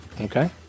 Okay